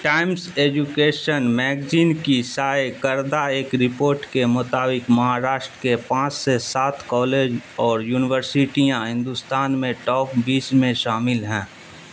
Times Education magazine کی شائع کردہ ایک رپورٹ کے مطابق مہاراشٹر کے پانچ سے سات کالج اور یونیورسٹیاں ہندوستان میں ٹاپ بیس میں شامل ہیں